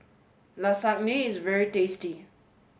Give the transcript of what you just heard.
Isagne is very tasty